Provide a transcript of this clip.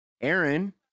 Aaron